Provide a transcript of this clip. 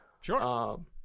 Sure